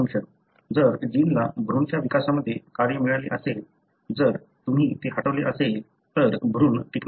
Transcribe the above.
जर जिनला भ्रूणाच्या विकासामध्ये कार्य मिळाले असेल जर तुम्ही ते हटवले असेल तर भ्रूण टिकणार नाही